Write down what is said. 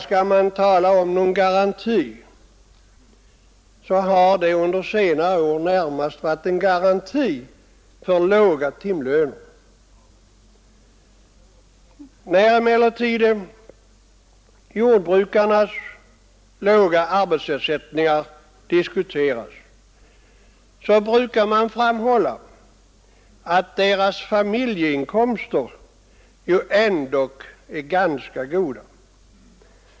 Skall man tala om någon garanti så har det under senare år närmast varit en garanti för låga timlöner. När emellertid jordbrukarnas låga arbetsersättningar diskuteras brukar man framhålla att deras familjeinkomster ju ändå är ganska goda.